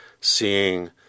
seeing